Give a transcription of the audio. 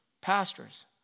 pastors